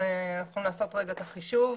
נעשה רגע את החישוב.